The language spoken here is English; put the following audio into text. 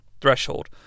threshold